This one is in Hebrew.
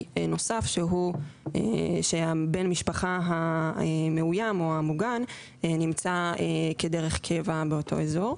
נוסף שבן המשפחה המאוים או המוגן נמצא בדרך קבע באותו אזור,